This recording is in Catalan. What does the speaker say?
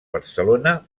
barcelona